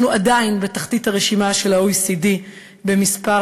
אנחנו עדיין בתחתית הרשימה של ה-OECD במספר